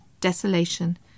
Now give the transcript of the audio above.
desolation